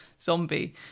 zombie